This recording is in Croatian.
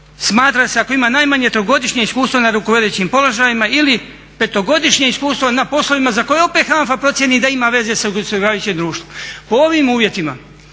smatra se ako ima najmanje 3-godišnje iskustvo na rukovodećim položajima ili 5-godišnje iskustvo na poslovima za koje opet HANFA procijeni da ima veze sa osiguravajućim društvom. Po ovim uvjetima